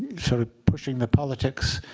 sort of pushing the politics